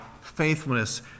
faithfulness